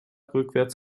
rückwärts